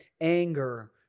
anger